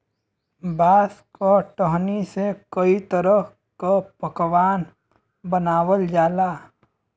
बांस क टहनी से कई तरह क पकवान बनावल जाला